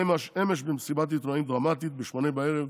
אמש, במסיבת עיתונאים דרמטית ב-20:00,